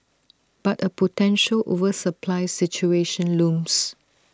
but A potential oversupply situation looms